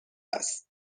است